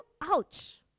ouch